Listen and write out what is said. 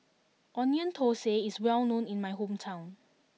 onion thosai is well known in my hometown